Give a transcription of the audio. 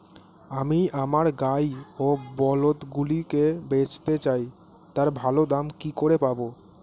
আমি আমার গাই ও বলদগুলিকে বেঁচতে চাই, তার ভালো দাম কি করে পাবো?